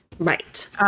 right